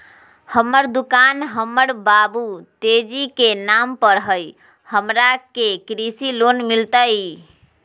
हमर दुकान हमर बाबु तेजी के नाम पर हई, हमरा के कृषि लोन मिलतई?